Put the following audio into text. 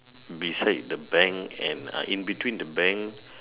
beside the bank and uh in between the bank